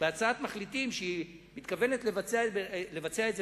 בהצעת מחליטים שהיא מתכוונת לבצע את זה